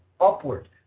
upward